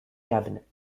cabinet